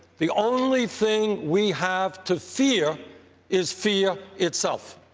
the only thing we have to fear is fear itself,